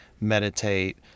meditate